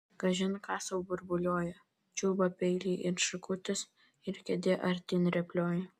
kažin ką sau burbuliuoja čiulba peiliai ir šakutės ir kėdė artyn rėplioja